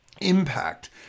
impact